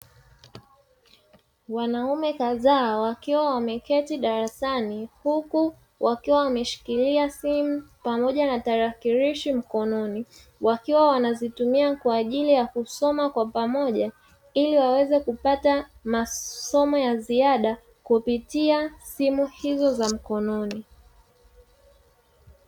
Wanaume kadhaa, wakiwa wameketi darasani, huku wakiwa wameshikilia simu pamoja na tarakirishi mkononi. Wakiwa wanazitumia kwa ajili ya kusoma kwa pamoja, ili waweze kupata masomo ya ziada kupitia simu hizo za mkononi.